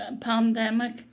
pandemic